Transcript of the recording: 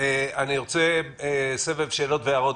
אני רוצה לעשות סבב שאלות והערות,